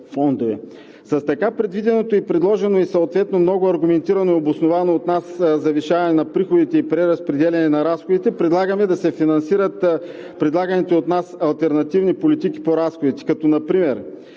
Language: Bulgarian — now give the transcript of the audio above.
С така предвиденото и предложено и съответно много аргументирано и обосновано от нас завишаване на приходите и преразпределяне на разходите предлагаме да се финансират предлаганите от нас алтернативни политики по разходите, като например: